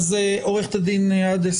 עורכת הדין עדס,